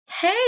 Hey